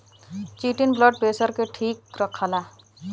chitin blood pressure के ठीक रखला